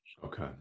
Okay